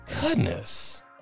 Goodness